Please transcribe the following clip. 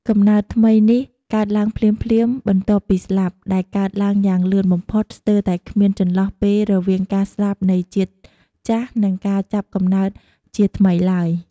កំណើតថ្មីនេះកើតឡើងភ្លាមៗបន្ទាប់ពីស្លាប់ ដែលកើតឡើងយ៉ាងលឿនបំផុត ស្ទើរតែគ្មានចន្លោះពេលរវាងការស្លាប់នៃជាតិចាស់ និងការចាប់កំណើតជាថ្មីឡើយ។